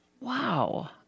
Wow